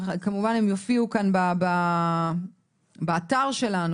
כמובן שהם יופיעו כאן באתר שלנו.